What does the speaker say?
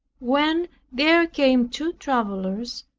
when there came two travelers,